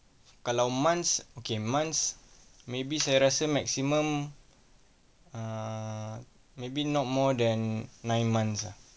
kalau months okay months maybe saya rasa maksimum err maybe not more than nine months ah